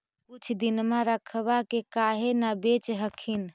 कुछ दिनमा रखबा के काहे न बेच हखिन?